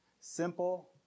Simple